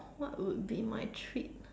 what would be my treat